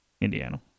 Indiana